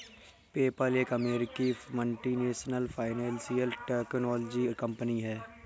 PayPal एक अमेरिकी multinational financial technology company है